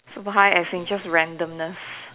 super high as in just randomness